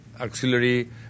auxiliary